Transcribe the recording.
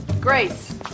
Grace